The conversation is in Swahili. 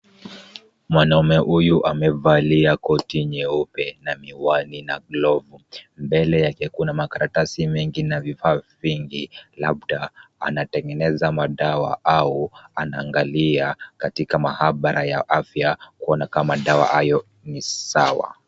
Mwanaume huyu amevalia koti nyeupe na miwani na glovu mbele yake kuna makaratasi mengi na vifaa vingi labda anatengeneza madawa au anaangalia katika mahabara ya afya kuona kama dawa hayo ni sawa.